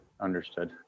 Understood